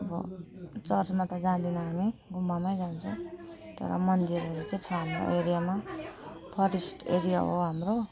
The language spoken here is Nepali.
र चर्चमा त जाँदैनौँ हामी गुम्बामै जान्छौँ तर मन्दिरहरू चाहिँ छ हाम्रो एरियामा फोरेस्ट एरिया हो हाम्रो